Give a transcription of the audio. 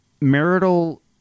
Marital